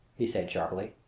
he said sharply.